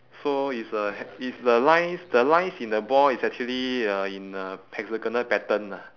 so it's a he~ it's the lines the lines in the ball is actually uh in a hexagonal pattern lah